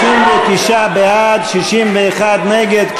59 בעד, 61 נגד.